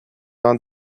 ans